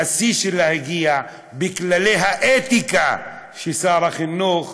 שהשיא שלה הגיע בכללי האתיקה ששר החינוך